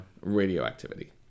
radioactivity